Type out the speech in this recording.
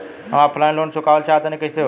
हम offline loan चुकावल चाहऽ तनि कइसे होई?